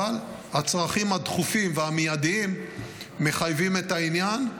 אבל הצרכים הדחופים והמיידיים מחייבים את העניין,